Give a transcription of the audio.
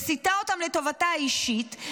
מסיטה אותם לטובתה האישית,